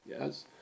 yes